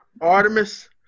Artemis